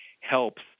helps